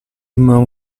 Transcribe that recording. m’en